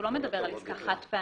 לא על עסקה חד פעמית.